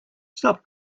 stop